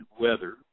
weather